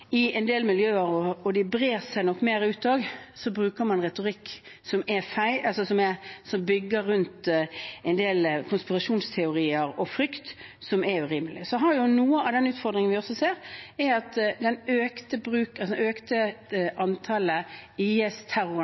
i en del miljøer – og de brer seg nok mer ut – bruker man retorikk som bygger på en del konspirasjonsteorier og frykt, som er urimelig. Noe av utfordringen er at det økte antallet IS-terroranslag rundt omkring i Europa og i resten av